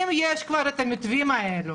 אם יש כבר את המתווים האלה